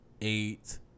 eight